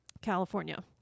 California